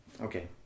okay